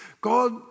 God